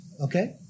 okay